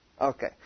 Okay